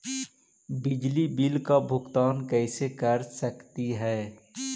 बिजली बिल का भुगतान कैसे कर सकते है?